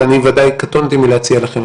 ואני ודאי קטונתי מלהציע לכם.